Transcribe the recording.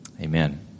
Amen